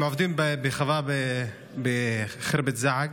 הם עובדים בחווה בחורבת זעק,